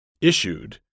issued